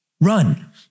Run